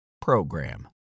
program